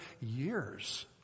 years